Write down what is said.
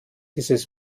dieses